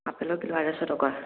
আপেলৰ কিলো আঢ়ৈশ টকা